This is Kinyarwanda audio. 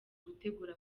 gutegura